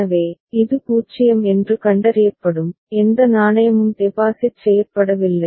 எனவே இது 0 என்று கண்டறியப்படும் எந்த நாணயமும் டெபாசிட் செய்யப்படவில்லை